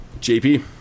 JP